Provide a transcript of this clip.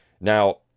Now